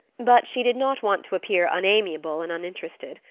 but she did not want to appear unamiable and uninterested,